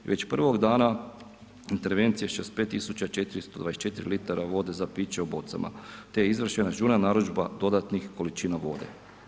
Već prvog dana intervencije 65 424 litara vode za piće u bocama te je izvršena žurna narudžba dodatnih količina vode.